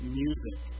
music